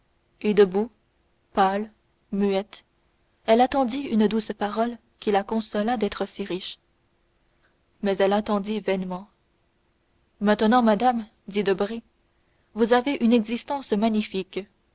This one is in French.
et debout pâle muette elle attendit une douce parole qui la consolât d'être si riche mais elle attendit vainement maintenant madame dit debray vous avez une existence magnifique